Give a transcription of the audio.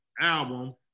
album